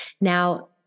Now